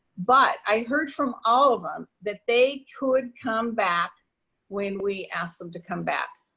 but i heard from all of them that they could come back when we asked them to come back.